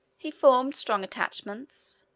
he formed strong attachments,